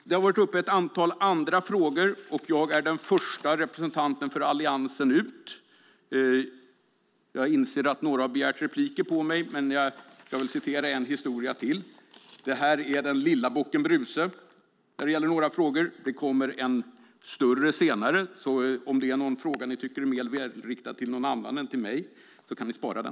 Det har tagits upp ett antal andra frågor, och jag är den första representanten för Alliansen att gå upp i denna debatt. Jag inser att några har begärt replik på mig, men jag vill citera en historia till. Det här är den lilla bocken Bruse. Det kommer en större senare. Om det är någon fråga som ni tycker vore mer välriktad till någon annan än till mig kan ni spara den.